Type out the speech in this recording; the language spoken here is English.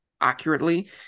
accurately